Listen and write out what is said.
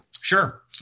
sure